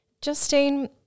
justine